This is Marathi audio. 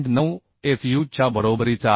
9 Fu च्या बरोबरीचा आहे